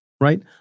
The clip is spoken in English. right